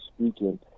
speaking